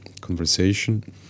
conversation